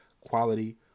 quality